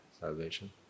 salvation